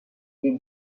des